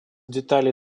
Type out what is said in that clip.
деталей